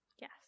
yes